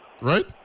right